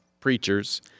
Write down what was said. preachers